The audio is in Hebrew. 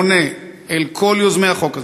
פונה אל כל יוזמי החוק הזה,